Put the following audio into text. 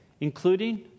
including